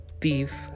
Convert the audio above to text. thief